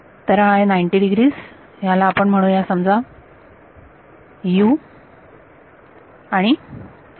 तर हा आहे 90 डीग्रीज ह्याला आपण म्हणूया समजा u आणि v